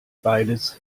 beides